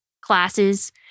classes